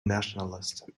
nationalist